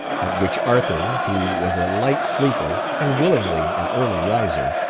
at which arthur, who was a light sleeper and willingly an early riser,